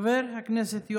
לא, חבר הכנסת אלי